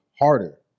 harder